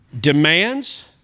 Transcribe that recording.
demands